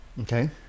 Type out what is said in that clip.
okay